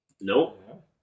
Nope